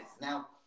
now